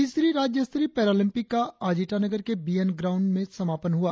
तीसरी राज्य स्तरीय पैरालम्पिक्स का आज ईटानगर के बी एन ग्राउंड समापन हुआ